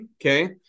Okay